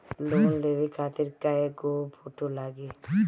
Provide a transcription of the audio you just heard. Loan लेवे खातिर कै गो फोटो लागी?